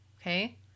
Okay